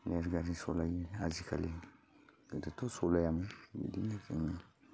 रेलगारि सलायो आजिखालि गोदोथ' सलायामोन बिदिनो जोङो